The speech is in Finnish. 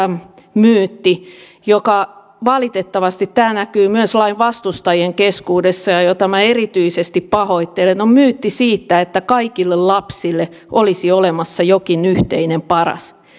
myytti joka valitettavasti näkyy myös lain vastustajien keskuudessa ja jota minä erityisesti pahoittelen on myytti siitä että kaikille lapsille olisi olemassa jokin yhteinen paras